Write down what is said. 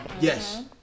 Yes